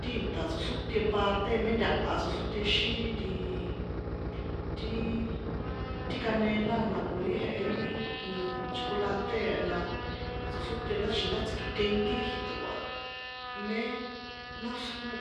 Ti nṭa̱ tsoxróte parte mé ntaha tsoxrótexín ri ntiiii, ti, ti canela a na ko ri jehe ri chokolatée na, tsoxróte ndá tsjixin ndá tsikitenkí ri jiṭꞌo̱ a, mée, náxrjón,